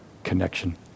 connection